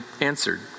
answered